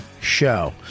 show